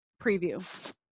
preview